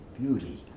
beauty